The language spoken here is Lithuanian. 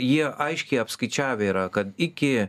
jie aiškiai apskaičiavę yra kad iki